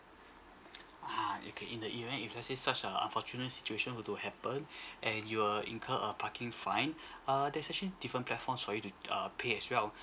ah okay in the event if let's say such a unfortunate situation were to happen and you uh incur a parking fine err there's actually different platforms for you to uh pay as well